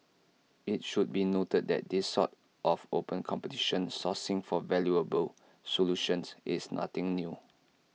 IT should be noted that this sort of open competition sourcing for valuable solutions is nothing new